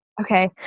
Okay